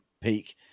peak